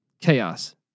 chaos